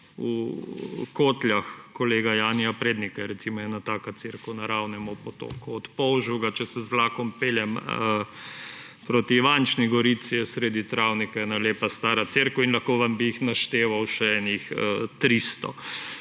V Kotljah kolega Janija Prednika, je ena taka cerkev na ravnem ob potoku; od Polževega, če se z vlakom peljem proti Ivančni Gorici, je sredi travnika ena lepa stara cerkev in lahko vam bi jih našteval še 300.